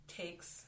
takes